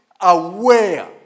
aware